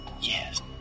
yes